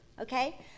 okay